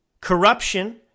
Corruption